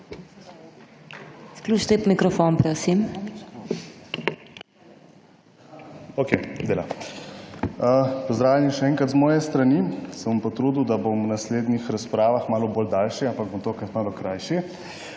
Pozdravljeni še enkrat z moje strani. Se bom potrudil, da bom v naslednjih razpravah malo daljši, ampak tokrat bom malo krajši.